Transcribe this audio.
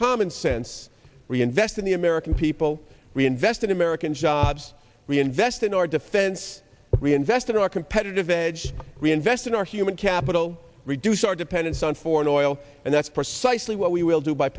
common sense reinvest in the american people reinvest in american jobs reinvest in our defense reinvest in our competitive edge reinvest in our human capital reduce our dependence on foreign oil and that's precisely what we will do by